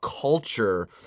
culture